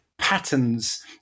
patterns